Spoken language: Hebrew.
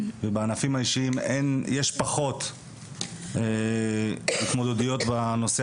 ובענפים האישיים יש פחות התמודדויות בנושא